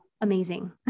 amazing